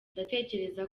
ndatekereza